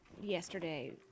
yesterday